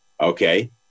okay